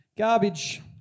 Garbage